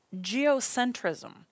geocentrism